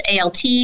alt